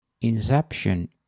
Inception